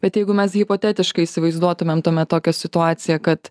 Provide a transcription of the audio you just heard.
bet jeigu mes hipotetiškai įsivaizduotumėm tuomet tokią situaciją kad